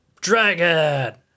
dragon